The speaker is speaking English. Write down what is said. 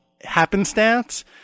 happenstance